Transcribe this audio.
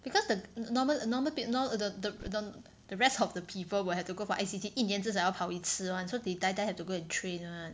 because the normal normal now the the the the rest of the people will have to go for I_C_T 一年至少要跑一次 [one] so they die die have to go and train [one]